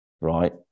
right